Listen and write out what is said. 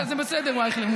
זה בסדר, אייכלר.